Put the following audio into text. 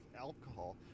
alcohol